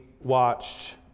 watched